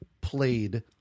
played